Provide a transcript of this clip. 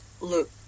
look